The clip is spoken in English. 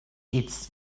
its